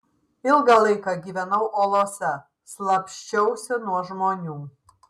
ilgą laiką gyvenau olose slapsčiausi nuo žmonių